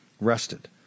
rested